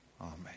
Amen